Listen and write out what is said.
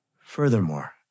Furthermore